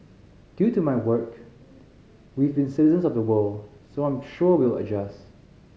due to my work we've been citizens of the world so I'm sure we'll adjust